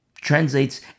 Translates